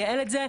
לייעל את זה.